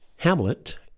Hamlet